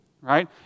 right